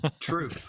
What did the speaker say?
True